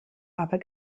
aber